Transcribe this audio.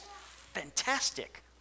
fantastic